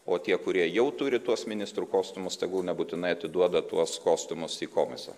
o tie kurie jau turi tuos ministrų kostiumus tegul nebūtinai atiduoda tuos kostiumus į komisą